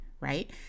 right